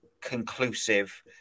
conclusive